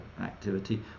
activity